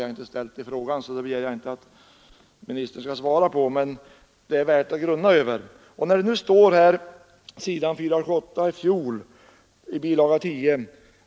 Jag har emellertid inte berört detta i min fråga, och jag begär därför inte att utbildningsministern skall ta ställning till det. Det är emellertid värt att fundera över.